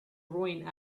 ruin